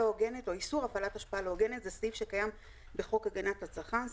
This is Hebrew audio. איסור הפעלת השפעה לא הוגנת זה סעיף שקיים בחוק הגנת הצרכן,